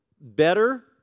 better